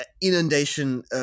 inundation